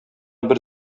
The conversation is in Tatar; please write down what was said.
бер